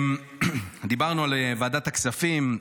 דיברנו על ועדת הכספים,